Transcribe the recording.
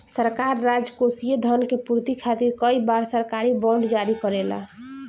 सरकार राजकोषीय धन के पूर्ति खातिर कई बार सरकारी बॉन्ड जारी करेला